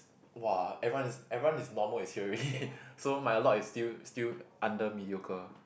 !wah! everyone is everyone is normal is here already so my a lot is still still under mediocre